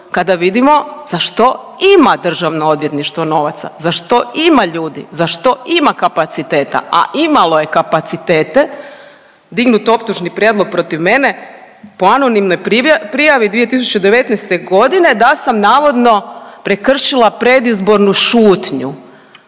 kada vidimo za što ima Državno odvjetništvo novaca, za što ima ljudi, za što ima kapaciteta, a imalo je kapacitete dignut optužni prijedlog protiv mene po anonimnoj prijavi 2019. godine da sam navodno prekršila predizbornu šutnju